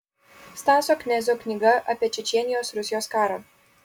stasio knezio knyga apie čečėnijos rusijos karą